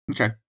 Okay